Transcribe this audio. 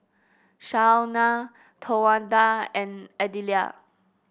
Shawna Towanda and Adelia